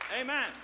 Amen